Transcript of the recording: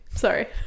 Sorry